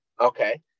Okay